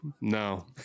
No